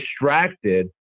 distracted